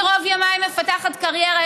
אני רוב ימיי מפתחת קריירה.